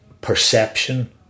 perception